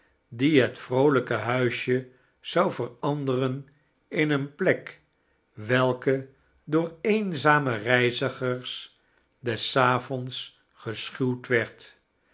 die bet vroolijke huisje zou veranderen jn eene plek welke door eenzame reizigers des avonds geschuwd werd